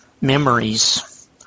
memories